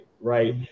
right